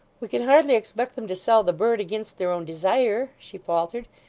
we can hardly expect them to sell the bird, against their own desire she faltered.